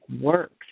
works